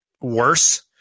worse